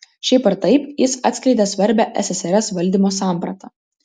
šiaip ar taip jis atskleidė svarbią ssrs valdymo sampratą